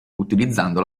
utilizzando